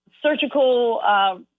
surgical